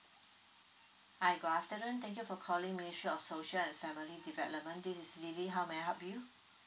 hi good afternoon thank you for calling ministry of social and family development this is lily how may I help you